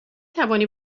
توانی